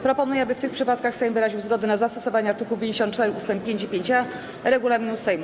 Proponuję, aby w tych przypadkach Sejm wyraził zgodę na zastosowanie art. 54 ust. 5 i 5a regulaminu Sejmu.